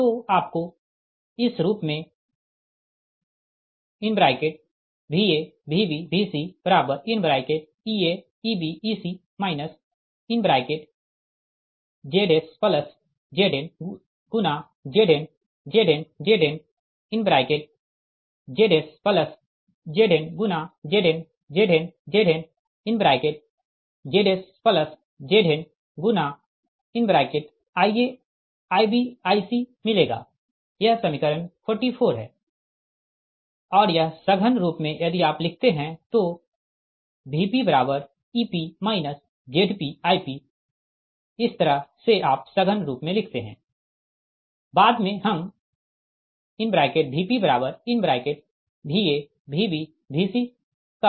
तो आपको इस रूप में Va Vb Vc Ea Eb Ec ZsZn Zn Zn Zn ZsZn Zn Zn Zn ZsZn Ia Ib Ic मिलेगा यह समीकरण 44 है और या सघन रूप में यदि आप लिखते है तो VpEp ZpIp इस तरह से आप सघन रूप में लिखते है बाद में हम VpVa Vb Vc Tको परिभाषित करते है